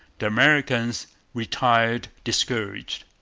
the americans retired discouraged.